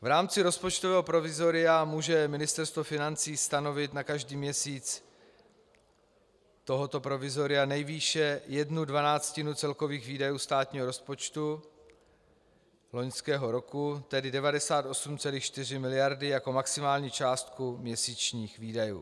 V rámci rozpočtového provizoria může Ministerstvo financí stanovit na každý měsíc tohoto provizoria nejvýše jednu dvanáctinu celkových výdajů státního rozpočtu loňského roku, tedy 98,4 miliardy jako maximální částku měsíčních výdajů.